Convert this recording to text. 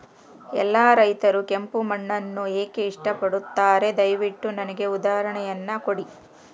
ಎಲ್ಲಾ ರೈತರು ಕೆಂಪು ಮಣ್ಣನ್ನು ಏಕೆ ಇಷ್ಟಪಡುತ್ತಾರೆ ದಯವಿಟ್ಟು ನನಗೆ ಉದಾಹರಣೆಯನ್ನ ಕೊಡಿ?